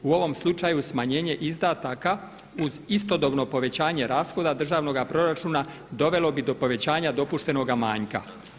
U ovom slučaju smanjenje izdataka uz istodobno povećanje rashoda državnoga proračuna dovelo bi do povećanja dopuštenoga manjka.